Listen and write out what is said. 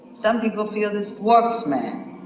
some people feel this dwarfs man,